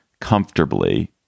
comfortably